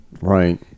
right